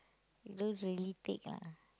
lose really take lah